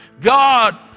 God